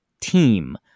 team